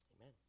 Amen